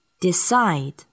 Decide